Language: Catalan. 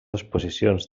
exposicions